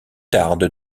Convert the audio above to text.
tarde